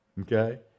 Okay